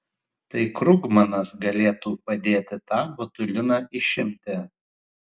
tai krugmanas galėtų padėti tą botuliną išimti